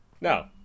No